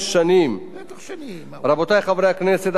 הצעת החוק מורכבת ומפורטת,